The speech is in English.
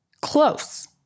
close